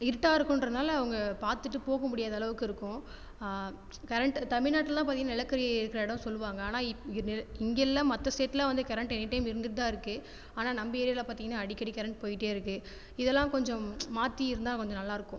இருட்டாக இருக்குன்றதுனால் அவங்க பார்த்துட்டு போக முடியாத அளவுக்கு இருக்கும் கரண்ட் தமிழ்நாட்டுலலாம் பார்த்திங்கன்னா நிலக்கரி இருக்கிற இடம் சொல்லுவாங்க ஆனால் இங்கே இல்லை மற்ற ஸ்டேட்டில் வந்து கரண்ட் எனிடைம் இருந்துட்டு தான் இருக்குது ஆனால் நம்ம ஏரியாவில் பார்த்திங்கன்னா அடிக்கடி கரண்ட் போயிகிட்டே இருக்குது இதெல்லாம் கொஞ்சம் மாற்றி இருந்தால் கொஞ்சம் நல்லா இருக்கும்